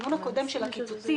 בדיון הקודם של הקיצוצים,